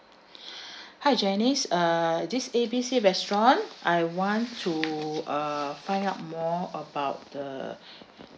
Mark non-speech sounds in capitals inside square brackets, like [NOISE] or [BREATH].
[BREATH] hi janice uh this A B C restaurant I want to uh find out more about the